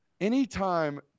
Anytime